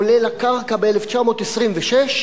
עולה לקרקע ב-1926.